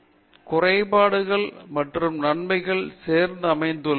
D களில் குறைபாடுகள் மற்றும் நன்மைகள் சேர்த்து அமைத்துள்ளன